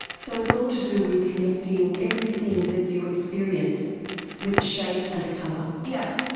so it's all to do with connecting everything that you experience with a shape and a colour. yeah.